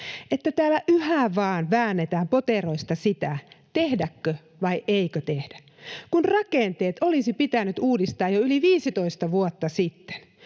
että täällä yhä vaan väännetään poteroista sitä, tehdäkö vai eikö tehdä, kun rakenteet olisi pitänyt uudistaa jo yli 15 vuotta sitten.